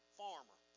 farmer